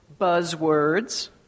buzzwords